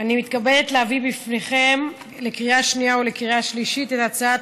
אני מתכבדת להביא בפניכם לקריאה שנייה ולקריאה שלישית את הצעת